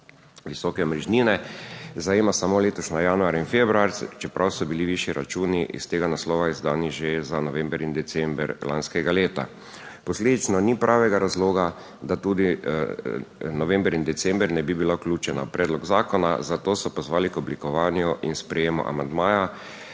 visoke omrežnine zajema samo letošnji januar in februar, čeprav so bili višji računi iz tega naslova izdani že za november in december lanskega leta. Posledično ni pravega razloga, da tudi november in december ne bi bila vključena v predlog zakona, zato so pozvali k oblikovanju in sprejemu amandmaja,